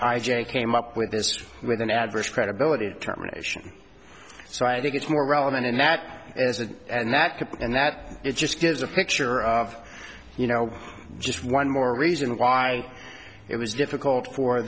of i j came up with this with an adverse credibility terminations so i think it's more relevant in that as a and that and that it just gives a picture of you know just one more reason why it was difficult for